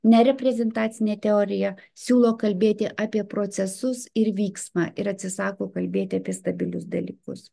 nereprezentacinė teorija siūlo kalbėti apie procesus ir vyksmą ir atsisako kalbėti apie stabilius dalykus